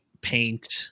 Paint